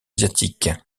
asiatique